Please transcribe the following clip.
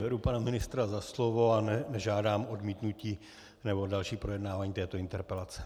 Beru pana ministra za slovo a nežádám odmítnutí nebo další projednávání této interpelace.